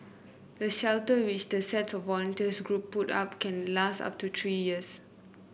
the shelters which the sets of volunteer groups put up can last up to three years